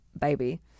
baby